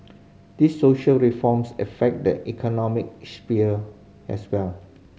these social reforms affect the economic sphere as well